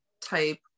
type